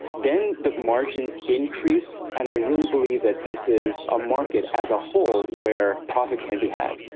then the margins increase and i really believe that this is a market as a whole where profit can be had.